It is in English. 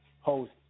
host